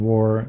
War